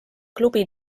klubi